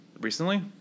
Recently